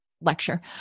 lecture